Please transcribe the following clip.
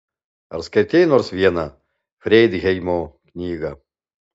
ar skaitei nors vieną freidheimo knygą